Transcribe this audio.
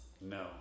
No